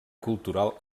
cultural